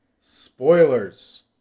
Spoilers